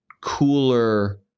cooler